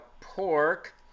pork